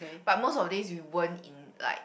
but most of the days we weren't in like